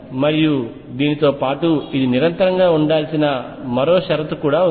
మరియు దీనితో పాటు ఇది నిరంతరంగా ఉండాల్సిన మరో షరతు కూడా ఉంది